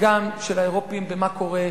גם של האירופים במה שקורה: